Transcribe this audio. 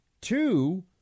Two